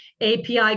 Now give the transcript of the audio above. API